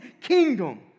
kingdom